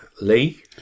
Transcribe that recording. Lee